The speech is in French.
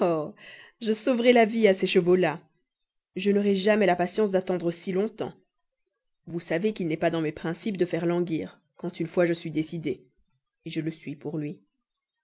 je sauverai la vie à ces chevaux là je n'aurai jamais la patience d'attendre si longtemps vous savez qu'il n'est pas dans mes principes de faire languir quand une fois je suis décidée je le suis pour lui